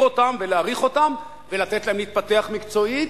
אותם ולהעריך אותם ולתת להם להתפתח מקצועית,